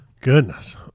Goodness